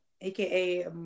aka